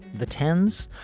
the ten s.